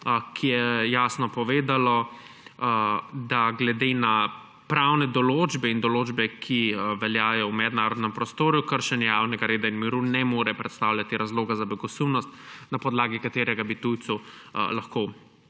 ki je jasno povedalo, da glede na pravne določbe in določbe, ki veljajo v mednarodnem prostoru, kršenje javnega reda in miru ne more predstavljati razloge za begosumnost, na podlagi katerega bi tujcu lahko